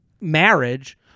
marriage